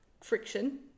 friction